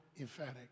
emphatic